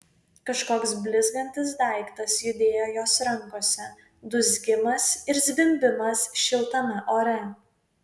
kažkoks blizgantis daiktas judėjo jos rankose dūzgimas ir zvimbimas šiltame ore